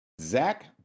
Zach